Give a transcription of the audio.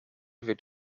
wird